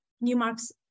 Newmark's